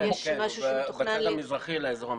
הוא בצד המזרחי לאזור המתוכנן.